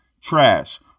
trash